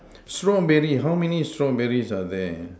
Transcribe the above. strawberry how many strawberries are there